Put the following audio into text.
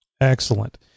Excellent